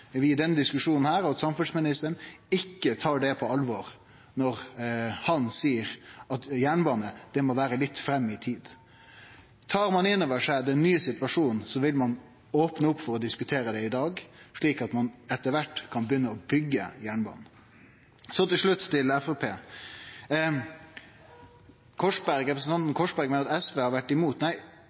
vi, at samferdselsministeren, i denne diskusjonen ikkje tar det på alvor når han seier at jernbane må vere litt fram i tid. Tar ein innover seg den nye situasjonen, vil ein opne opp for å diskutere det i dag, slik at ein etter kvart kan begynne å byggje jernbanen. Så til slutt til Framstegspartiet. Representanten Korsberg meiner at SV har vore imot. Nei,